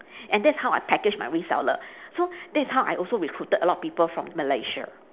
and that is how I packaged my reseller so that is how I also recruited a lot of people from malaysia